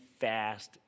fast